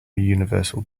universal